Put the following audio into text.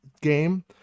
game